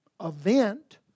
event